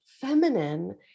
feminine